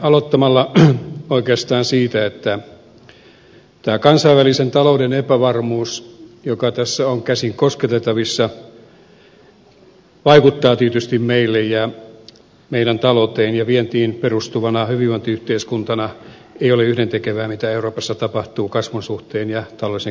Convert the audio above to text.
aloitan oikeastaan siitä että tämä kansainvälisen talouden epävarmuus joka tässä on käsin kosketeltavissa vaikuttaa tietysti meille ja meidän talouteen ja vientiin perustuvana hyvinvointiyhteiskuntana meille ei ole yhdentekevää mitä euroopassa tapahtuu kasvun suhteen ja tällaisen kehityksen suhteen